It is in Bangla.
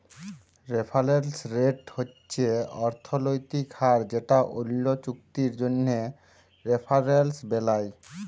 রেফারেলস রেট হছে অথ্থলৈতিক হার যেট অল্য চুক্তির জ্যনহে রেফারেলস বেলায়